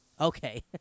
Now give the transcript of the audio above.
okay